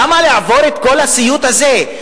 למה לעבור את כל הסיוט הזה?